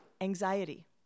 anxiety